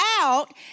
out